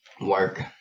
Work